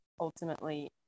ultimately